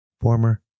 former